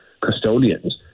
custodians